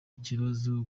ikibazo